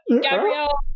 Gabrielle